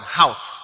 house